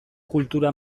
kultura